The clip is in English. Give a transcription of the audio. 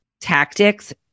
tactics